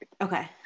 Okay